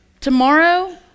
tomorrow